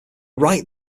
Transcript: write